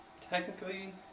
Technically